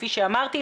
כפי שאמרתי,